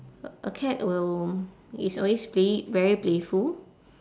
a cat will it's always pla~ very playful